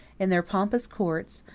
in their pompous courts,